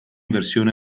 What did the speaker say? versione